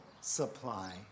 supply